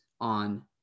on